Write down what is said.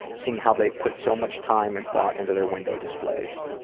seeing how they put so much time and thought into their window displays.